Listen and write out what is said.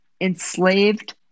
enslaved